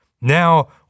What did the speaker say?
Now